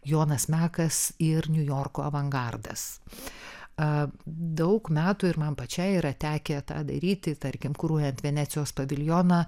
jonas mekas ir niujorko avangardas a daug metų ir man pačiai yra tekę tą daryti tarkim kuruojant venecijos paviljoną